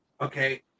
Okay